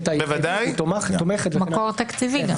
אם היא תומכת --- מקור תקציבי.